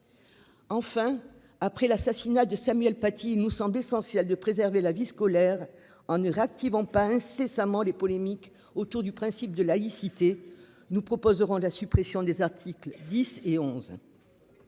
Enfin après l'assassinat de Samuel Paty nous semblait essentiel de préserver la vie scolaire en Irak qui vont pas incessamment les polémiques autour du principe de laïcité, nous proposerons la suppression des articles 10 et 11.